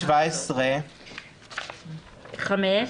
בסעיף 17(5)